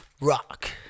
rock